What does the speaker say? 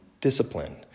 discipline